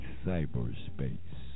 cyberspace